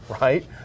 right